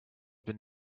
been